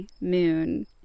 moon